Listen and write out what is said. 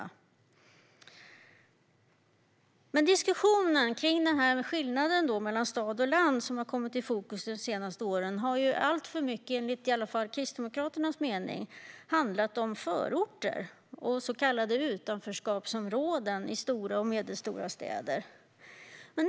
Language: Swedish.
Men den diskussion kring skillnaden mellan stad och land som har hamnat i fokus de senaste åren har enligt Kristdemokraternas mening alltför mycket handlat om förorter och så kallade utanförskapsområden i stora och medelstora städer.